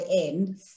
end